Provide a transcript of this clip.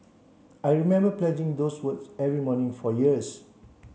I remember pledging those words every morning for years